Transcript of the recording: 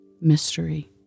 Mystery